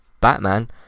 batman